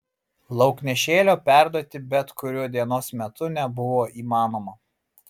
lauknešėlio perduoti bet kuriuo dienos metu nebuvo įmanoma